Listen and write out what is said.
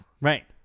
Right